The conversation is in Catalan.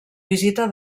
visita